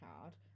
card